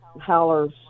howlers